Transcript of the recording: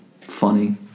funny